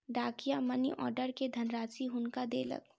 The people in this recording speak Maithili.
डाकिया मनी आर्डर के धनराशि हुनका देलक